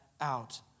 out